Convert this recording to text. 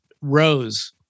rose